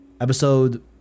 episode